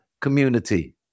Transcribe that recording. community